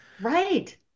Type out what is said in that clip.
Right